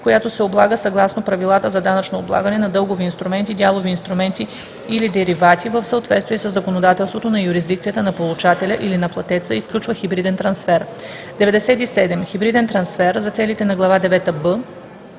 която се облага съгласно правилата за данъчно облагане на дългови инструменти, дялови инструменти или деривати в съответствие със законодателството на юрисдикцията на получателя или на платеца, и включва хибриден трансфер. 97. „Хибриден трансфер“ за целите на глава